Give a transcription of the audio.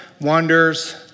wonders